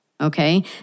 Okay